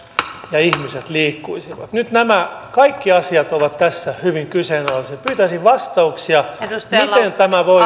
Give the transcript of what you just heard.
ja ihmiset liikkuisivat nyt nämä kaikki asiat ovat tässä hyvin kyseenalaisia pyytäisin vastauksia miten tämä voi